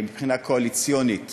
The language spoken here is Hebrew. מבחינה קואליציונית